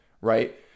right